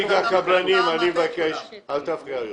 נציג הקבלנים, אני מבקש שלא תפריע יותר.